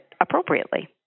appropriately